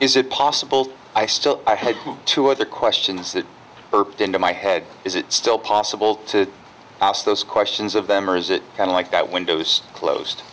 is it possible i still i had two other questions that were put into my head is it still possible to ask those questions of them or is it kind of like that window is closed